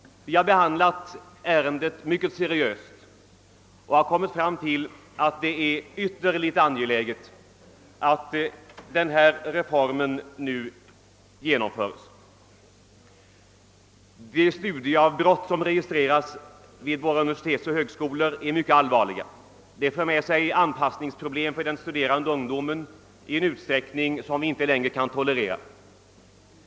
Vi har behandlat ärendet mycket seriöst och kommit fram till att det är ytterligt angeläget att reformen nu genomförs. De studieavbrott som registreras vid våra universitet innebär ett mycket allvarligt problem. De för med sig anpassningsproblem för den studerande ungdomen i en utsträckning som vi inte längre kan tolerera.